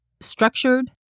structured